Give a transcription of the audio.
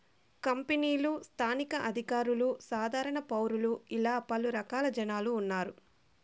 కంపెనీలు స్థానిక అధికారులు సాధారణ పౌరులు ఇలా పలు రకాల జనాలు ఉన్నారు